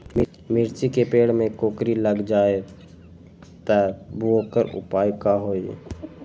मिर्ची के पेड़ में कोकरी लग जाये त वोकर उपाय का होई?